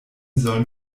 sollen